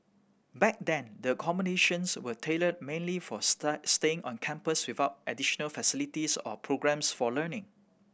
back then the accommodations were tailored mainly for staying on campus without additional facilities or programmes for learning